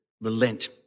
relent